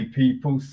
people